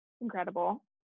incredible